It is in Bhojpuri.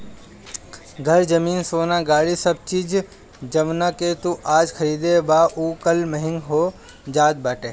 घर, जमीन, सोना, गाड़ी सब चीज जवना के तू आज खरीदबअ उ कल महंग होई जात बाटे